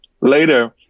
later